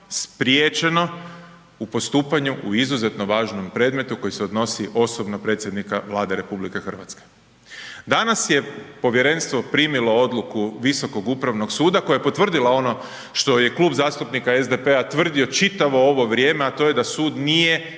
spriječeno u postupanju u izuzetno važnom predmetu koji se odnosi osobno na predsjednika Vlade RH. Danas je povjerenstvo primilo odluku Visokog upravnog suda koja je potvrdila ono što je Klub zastupnika SDP-a tvrdio čitavo ovo vrijeme, a to je da sud nije